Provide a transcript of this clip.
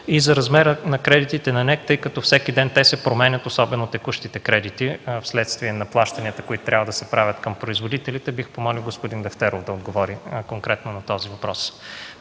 И за размера на кредитите на НЕК, тъй като всеки ден те се променят, особено текущите кредити, вследствие на плащанията, които трябва да се правят към производителите, бих помолил господин Лефтеров да отговори конкретно на този въпрос.